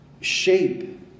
shape